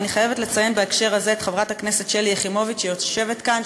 ואני חייבת לציין בהקשר הזה את חברת הכנסת שלי יחימוביץ שיושבת כאן,